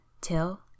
till